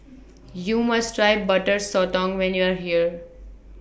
YOU must Try Butter Sotong when YOU Are here